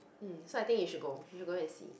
mm so I think you should go you go and see